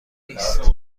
نیست